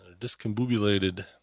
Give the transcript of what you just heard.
Discombobulated